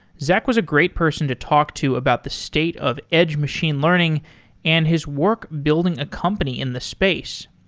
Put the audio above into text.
zach was a great person to talk to about the state of edge machine learning and his work building a company in the space.